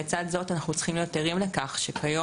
לצד זאת אנחנו צריכים להיות ערים לכך שכיום